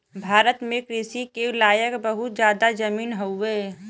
भारत में कृषि के लायक बहुत जादा जमीन हउवे